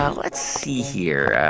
ah let's see here.